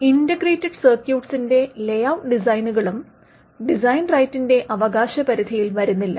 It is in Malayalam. ഇന്റഗ്രേറ്റഡ് സര്ക്യൂട്ട്സിന്റെ ലേഔട്ട് ഡിസൈനുകളും ഡിസൈൻ റൈറ്റിന്റെ അവകാശപരിധിയിൽ വരുന്നില്ല